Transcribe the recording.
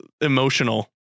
emotional